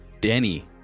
Danny